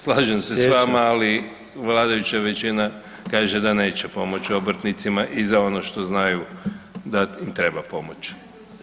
Slažem se s vama, ali vladajuća većina kaže da neće pomoći obrtnicima i za ono što znaju da im treba pomoć.